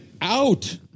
out